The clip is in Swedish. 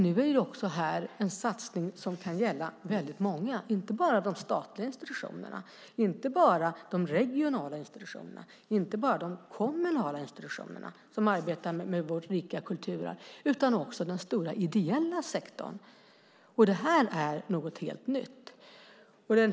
Nu är det här en satsning som kan gälla många, inte bara de statliga, regionala och kommunala institutionerna som arbetar med vårt rika kulturarv. Det är också den stora ideella sektorn, och det är något helt nytt.